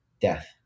Death